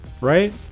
right